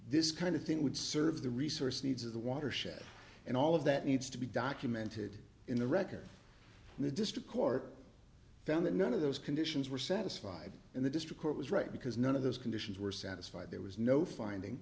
this kind of thing would serve the resource needs of the watershed and all of that needs to be documented in the record and the district court found that none of those conditions were satisfied and the district court was right because none of those conditions were satisfied there was no finding